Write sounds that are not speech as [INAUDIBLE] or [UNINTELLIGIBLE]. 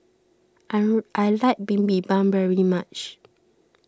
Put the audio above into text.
[UNINTELLIGIBLE] I like Bibimbap very much